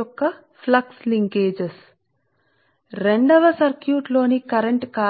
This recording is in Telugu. యొక్క ఫ్లక్స్ లింకేజ్ మీలో ఉన్న కరెంట్ కారణంగా మేము అక్కడ పిలుస్తున్న దానిలో ప్రస్తుతము 2 సర్క్యూట్ల మధ్య ఉన్నది ఒక సర్క్యూట్ యొక్క ఫ్లక్స్ లింకేజీలుగా నిర్వచించబడింది రెండవ సర్క్యూట్లో కరెంటు కి